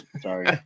Sorry